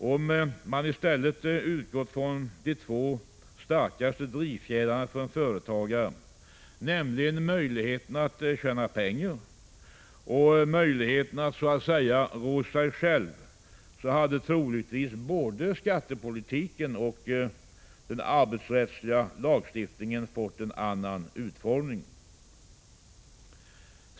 Om man i stället utgått från de två starkaste drivfjädrarna för en företagare, nämligen möjligheten att tjäna pengar och möjligheten att ”rå sig själv”, hade troligtvis både skattepolitiken och den arbetsrättsliga lagstiftningen fått en annan utformning.